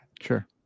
Sure